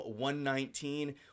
119